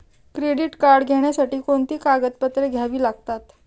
Credit card घेण्यासाठी कोणती कागदपत्रे घ्यावी लागतात?